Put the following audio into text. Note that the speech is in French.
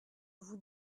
vous